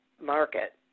market